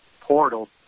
portal